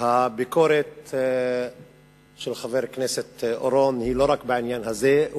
הביקורת של חבר הכנסת אורון היא לא רק בעניין הזה.